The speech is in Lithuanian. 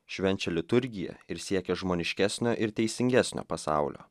švenčia liturgiją ir siekia žmoniškesnio ir teisingesnio pasaulio